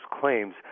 claims